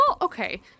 okay